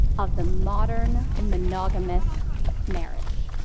of the modern monogamous marriage.